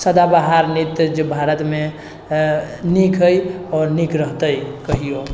सदाबहार नृत्य जे भारतमे नीक हइ आओर नीक रहतै कहिओ